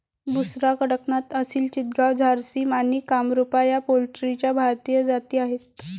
बुसरा, कडकनाथ, असिल चितगाव, झारसिम आणि कामरूपा या पोल्ट्रीच्या भारतीय जाती आहेत